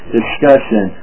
discussion